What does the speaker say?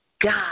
God